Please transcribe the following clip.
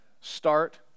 Start